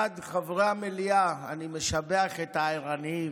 1. חברי המליאה, אני משבח את הערניים.